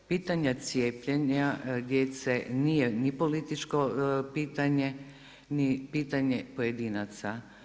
Pitanje cijepljenja djece nije niti političko pitanje, niti pitanje pojedinaca.